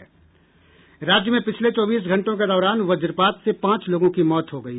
राज्य में पिछले चौबीस घंटों के दौरान वज्रपात से पांच लोगों की मौत हो गयी